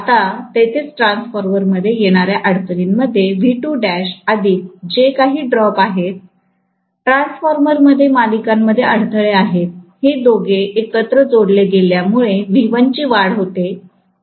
आता तसेच ट्रान्सफॉर्मर मध्ये येणार्या अडचणींमध्ये अधिक जे काही ड्रॉप आहे ट्रान्सफॉर्मरमध्ये मालिकामध्ये अडथळे आहेत हे दोघे एकत्र जोडले गेल्यामुळे V1 ची वाढ होते